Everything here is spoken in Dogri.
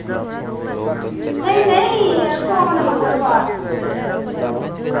नेईं नेईं सोम मंगलवार